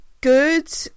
good